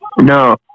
No